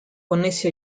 connessi